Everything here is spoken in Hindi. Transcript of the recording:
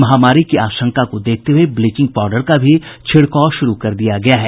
महामारी की आशंका को देखते हुए ब्लीचिंग पाउडर का छिड़काव भी शुरू कर दिया गया है